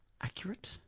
Accurate